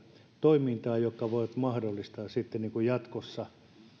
toimintaa joka voi mahdollistaa sitten jatkossa sen